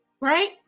Right